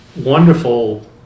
wonderful